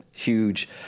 huge